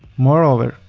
moreover,